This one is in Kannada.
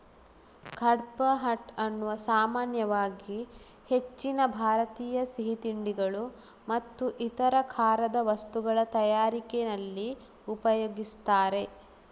ಕಡ್ಪಾಹ್ನಟ್ ಅನ್ನು ಸಾಮಾನ್ಯವಾಗಿ ಹೆಚ್ಚಿನ ಭಾರತೀಯ ಸಿಹಿ ತಿಂಡಿಗಳು ಮತ್ತು ಇತರ ಖಾರದ ವಸ್ತುಗಳ ತಯಾರಿಕೆನಲ್ಲಿ ಉಪಯೋಗಿಸ್ತಾರೆ